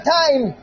time